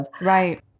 Right